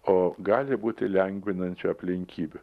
o gali būti lengvinančių aplinkybių